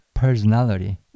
personality